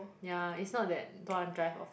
yeah is not that don't want to drive off